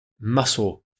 muscle